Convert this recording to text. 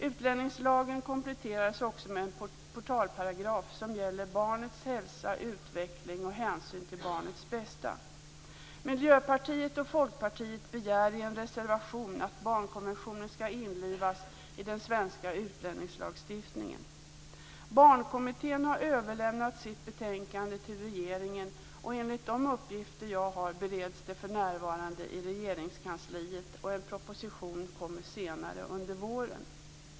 Utlänningslagen kompletteras också med en portalparagraf som gäller barnets hälsa, utveckling och hänsyn till barnets bästa. Miljöpartiet och Folkpartiet begär i en reservation att barnkonventionen skall införlivas med den svenska utlänningslagstiftningen. Barnkommittén har överlämnat sitt betänkande till regeringen, och enligt de uppgifter jag har bereds det för närvarande i Regeringskansliet och en proposition kommer senare under våren.